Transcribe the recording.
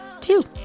two